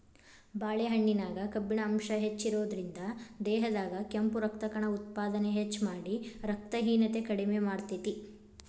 ಬಾಳೆಹಣ್ಣಿನ್ಯಾಗ ಕಬ್ಬಿಣ ಅಂಶ ಹೆಚ್ಚಿರೋದ್ರಿಂದ, ದೇಹದಾಗ ಕೆಂಪು ರಕ್ತಕಣ ಉತ್ಪಾದನೆ ಹೆಚ್ಚಮಾಡಿ, ರಕ್ತಹೇನತೆ ಕಡಿಮಿ ಮಾಡ್ತೆತಿ